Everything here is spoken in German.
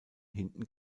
hinten